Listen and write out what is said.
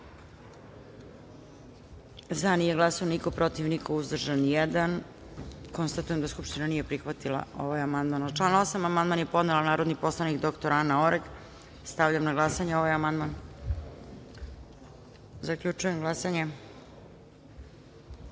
glasanje: za – niko, protiv – niko, uzdržan – jedan. Konstatujem da Skupština nije prihvatila ovaj amandman. Na član 8. amandman je podnela narodni poslanik dr Anna Oreg. Stavljam na glasanje ovaj amandman. Zaključujem glasanje: